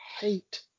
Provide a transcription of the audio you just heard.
hate